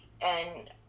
and-